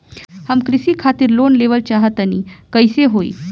हम कृषि खातिर लोन लेवल चाहऽ तनि कइसे होई?